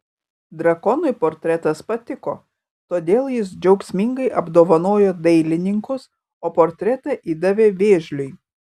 drakonui portretas patiko todėl jis džiaugsmingai apdovanojo dailininkus o portretą įdavė vėžliui